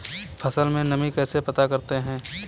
फसल में नमी कैसे पता करते हैं?